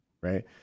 right